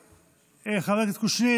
חבר הכנסת קושניר,